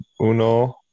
uno